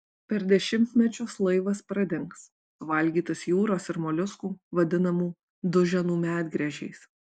per dešimtmečius laivas pradings suvalgytas jūros ir moliuskų vadinamų duženų medgręžiais